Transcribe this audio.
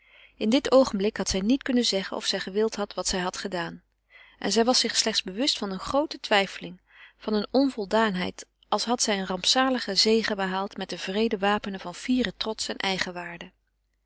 in dit oogenblik had zij niet kunnen zeggen of zij gewild had wat zij had gedaan en zij was zich slechts bewust van eene groote twijfeling van eene onvoldaanheid als had zij eene rampzalige zege behaald met de wreede wapenen van fieren trots en